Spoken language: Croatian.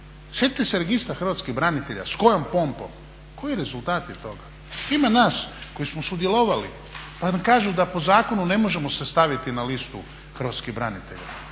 Sjetite se Registra hrvatskih branitelja s kojom pompom, koji rezultat je toga. Ima nas koji smo sudjelovali pa nam kažu da po zakonu ne možemo se staviti na listu hrvatskih branitelja.